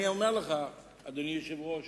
אני אומר לך, אדוני היושב-ראש,